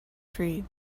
free